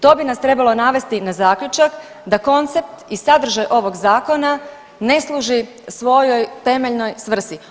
To bi nas trebalo navesti na zaključak da koncept i sadržaj ovog zakona ne služi svojoj temeljnoj svrsi.